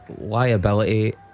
liability